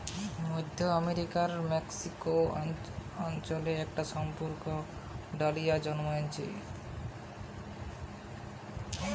মধ্য আমেরিকার মেক্সিকো অঞ্চলে একটা সুপুষ্পক ডালিয়া জন্মাচ্ছে